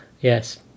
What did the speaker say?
Yes